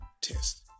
test